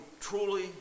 truly